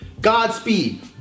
Godspeed